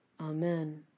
Amen